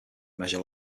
measure